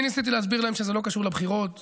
אני ניסיתי להסביר להם שזה לא קשור לבחירות,